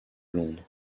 londres